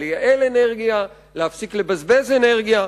באנרגיה, לייעל אנרגיה, להפסיק לבזבז אנרגיה.